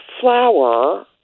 flower